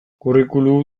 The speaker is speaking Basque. curriculum